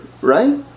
right